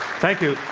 thank you.